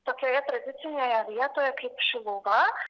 tokioje tradicinėje vietoje kaip šiluva